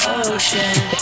ocean